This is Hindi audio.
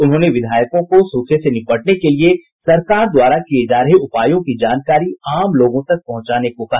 उन्होंने विधायकों को सूखे से निपटने के लिए सरकार द्वारा किये जा रहे उपायों की जानकारी आम लोगों तक पहुंचाने को कहा